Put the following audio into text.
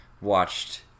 watched